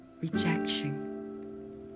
rejection